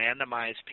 randomized